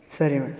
ಸರಿ ಮೆಡ್